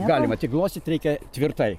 galima tik glostyt reikia tvirtai